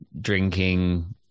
drinking